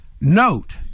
Note